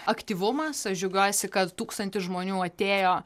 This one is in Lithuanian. aktyvumas aš džiaugiuosi kad tūkstantis žmonių atėjo